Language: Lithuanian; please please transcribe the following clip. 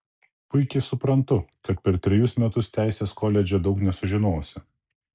puikiai suprantu kad per trejus metus teisės koledže daug nesužinosi